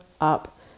up